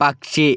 പക്ഷി